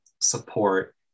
support